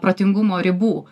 protingumo ribų